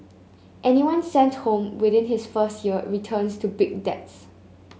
anyone sent home within his first year returns to big debts